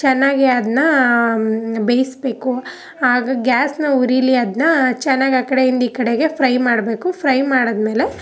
ಚೆನ್ನಾಗಿ ಅದನ್ನ ಬೇಯಿಸಬೇಕು ಆಗ ಗ್ಯಾಸ್ನ ಉರಿಲಿ ಅದನ್ನ ಚೆನ್ನಾಗಿ ಆ ಕಡೆಯಿಂದ ಈ ಕಡೆಗೆ ಫ್ರೈ ಮಾಡಬೇಕು ಫ್ರೈ ಮಾಡಿದ್ಮೇಲೆ